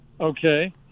okay